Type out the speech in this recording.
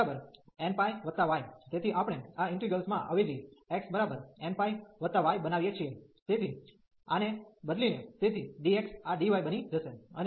તેથી આપણે આ ઇન્ટિગ્રેલ્સ માં અવેજી x nπ y બનાવીએ છીએ તેથી આને બદલીને તેથી dx આ dy બની જશે